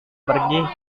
pergi